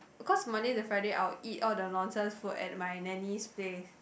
because Monday to Friday I will eat all the nonsense food at my nanny's place